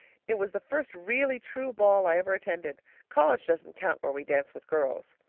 it was the first really true ball i ever attended college doesn't count where we dance with girls.